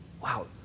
Wow